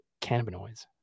cannabinoids